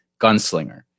gunslinger